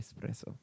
espresso